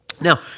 Now